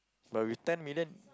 but with ten million